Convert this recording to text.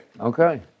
Okay